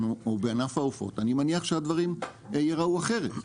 או בענף העופות אז אני מניח שהדברים ייראו אחרת.